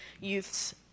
youth's